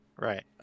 right